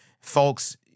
Folks